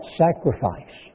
sacrifice